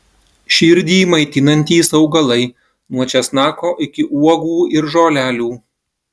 širdį maitinantys augalai nuo česnako iki uogų ir žolelių